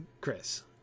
Chris